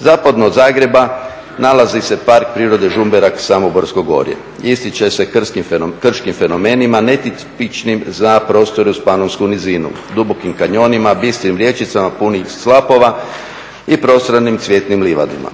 Zapadno od Zagreba nalazi se Park prirode Žumberak Samoborsko gorje, ističe se kršikm fenomenima, netipičnim za prostore uz Panonsku nizinu, dubokim kanjonima, bistrim rječicama punih slapova i prostranim cvjetnim livadama.